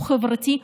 הוא חברתי,